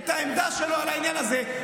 את העמדה שלו על העניין הזה,